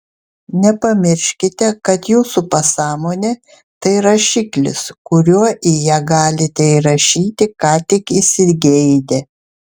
nepamirškite kad jūsų pasąmonė tai rašiklis kuriuo į ją galite įrašyti ką tik įsigeidę